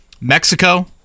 mexico